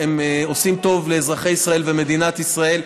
עושים טוב לאזרחי ישראל ולמדינת ישראל,